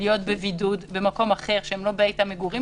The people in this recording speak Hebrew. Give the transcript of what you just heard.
להיות בבידוד במקום אחר שהוא לא בית המגורים